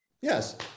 Yes